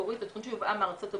זו תכנית שיובאה מארצות הברית,